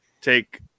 take